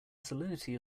salinity